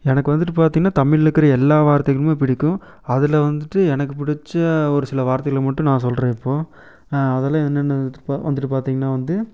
எனக்கு வந்துவிட்டு பார்த்தீங்கன்னா தமிழில் இருக்குற எல்லா வார்த்தைகளுமே பிடிக்கும் அதில் வந்துவிட்டு எனக்கு பிடிச்ச ஒரு சில வார்த்தைகளை மட்டும் நான் சொல்லுறேன் இப்போ அதெலாம் என்னென்ன இது பா வந்துவிட்டு பார்த்தீங்கன்னா வந்து